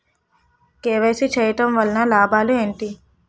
KYC చేయటం వలన లాభాలు ఏమిటి?